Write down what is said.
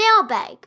mailbag